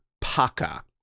paka